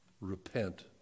Repent